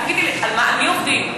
תגידי לי, על מי עובדים?